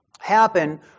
happen